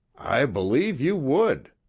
i believe you would,